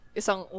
isang